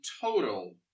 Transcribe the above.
total